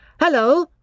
hello